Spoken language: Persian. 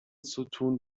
ستون